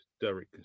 Derek